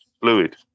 fluid